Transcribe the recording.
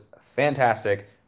fantastic